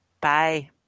Bye